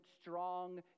strong